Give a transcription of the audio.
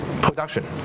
production